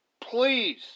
please